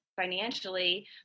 financially